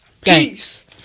Peace